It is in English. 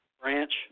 branch